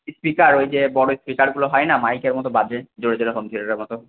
speaker ওই যে বড় স্পিকারগুলো হয় না মাইকের মতো বাজে জোরে জোরে হোম থিয়েটারের মতো